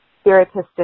spiritistic